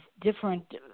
different